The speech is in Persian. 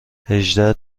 هجده